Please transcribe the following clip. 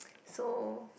so